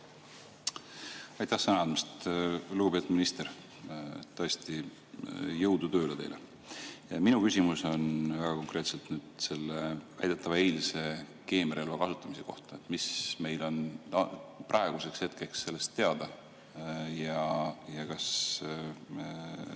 Aitäh sõna andmast! Lugupeetud minister, tõesti, jõudu tööle teile! Minu küsimus on väga konkreetselt väidetava eilse keemiarelva kasutamise kohta. Mis meil on praeguseks hetkeks sellest teada? Ja kas te